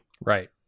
right